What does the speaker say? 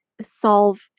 solve